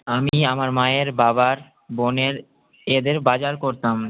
আমি আমার মায়ের বাবার বোনের এদের বাজার করতাম